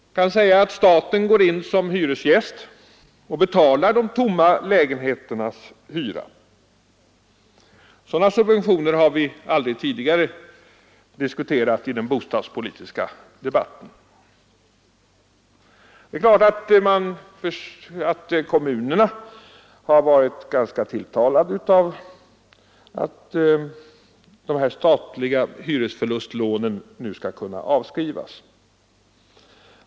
Man kan säga att staten går in som hyresgäst och betalar de tomma lägenheternas hyra. Sådana subventioner har vi aldrig tidigare diskuterat i den bostadspolitiska debatten. Det är klart att kommunerna har varit ganska tilltalade av att de statliga hyresförlustlånen nu skall kunna avskrivas.